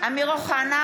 אמיר אוחנה,